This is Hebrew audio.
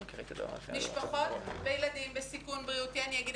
משפחות וילדים בסיכון בריאותי אגיד